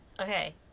Okay